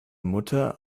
mutter